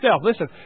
listen